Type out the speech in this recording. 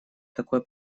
такое